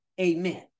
amen